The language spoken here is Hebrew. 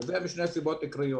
וזה בשל שתי סיבות עיקריות.